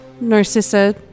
Narcissa